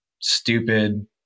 stupid